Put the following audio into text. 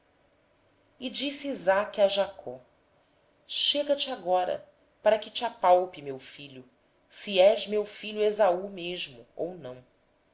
então disse isaque a jacó chega-te pois para que eu te apalpe e veja se és meu filho esaú mesmo ou não